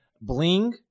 bling